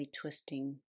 twisting